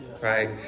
Right